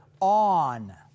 on